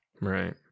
Right